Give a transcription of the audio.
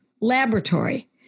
laboratory